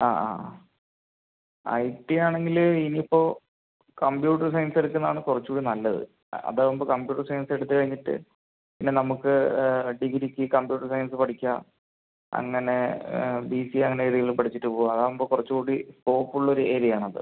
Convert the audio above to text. ആ ആ ആ ഐടി ആണെങ്കില് ഇനി ഇപ്പോൾ കമ്പ്യൂട്ടർ സയൻസ് എടുക്കുന്ന ആണ് കുറച്ച് കൂടി നല്ലത് അത് ആകുമ്പോൾ കമ്പ്യൂട്ടർ സയൻസ് എടുത്ത് കഴിഞ്ഞിട്ട് പിന്നെ നമുക്ക് ഡിഗ്രിക്ക് കമ്പ്യൂട്ടർ സയൻസ് പഠിക്കാം അങ്ങനെ ബി സി എ അങ്ങനെ ഏതെങ്കിലും പഠിച്ചിട്ട് പോകാം അത് ആകുമ്പോൾ കുറച്ച് കൂടി സ്കോപ്പ് ഉള്ള ഒര് ഏരിയ ആണ് അത്